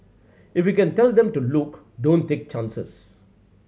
if you can tell them to look don't take chances